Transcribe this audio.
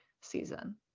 season